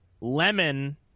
Lemon